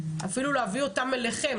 אפילו להבין אותם אליכם,